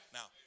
Now